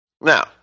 now